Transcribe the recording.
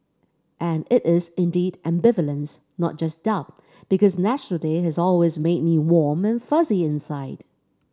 and it is indeed ambivalence not just doubt because National Day has always made me warm and fuzzy inside